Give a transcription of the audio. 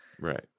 Right